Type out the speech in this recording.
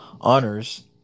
honors